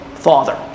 Father